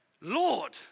Lord